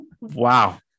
Wow